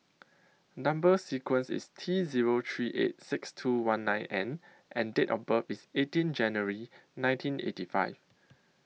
Number sequence IS T Zero three eight six two one nine N and Date of birth IS eighteen January nineteen eighty five